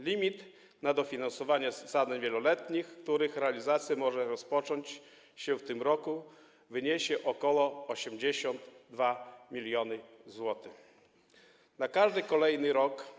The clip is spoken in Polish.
Limit na dofinansowanie zadań wieloletnich, których realizacja może rozpocząć się w tym roku, wyniesie ok. 82 mln zł na każdy kolejny rok.